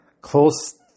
close